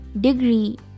degree